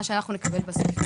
מה שאנחנו נקבל בסוף.